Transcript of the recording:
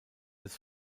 des